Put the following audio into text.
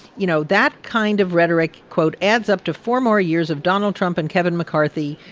you know, that kind of rhetoric, quote, adds up to four more years of donald trump and kevin mccarthy.